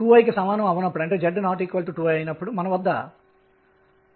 గా ఇవ్వబడుతుంది